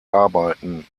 arbeiten